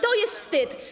To jest wstyd.